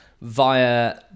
via